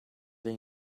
they